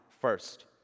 first